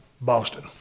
Boston